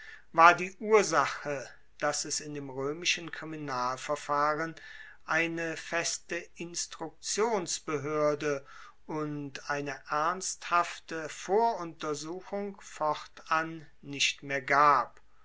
war die ursache dass es in dem roemischen kriminalverfahren eine feste instruktionsbehoerde und eine ernsthafte voruntersuchung fortan nicht mehr gab